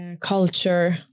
culture